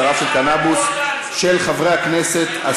בהתבסס על קיומו של כתב